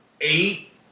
eight